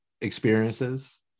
experiences